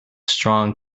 strong